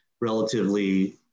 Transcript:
relatively